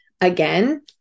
again